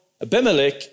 Abimelech